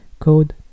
Code